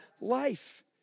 life